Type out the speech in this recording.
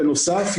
בנוסף,